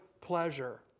pleasure